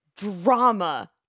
drama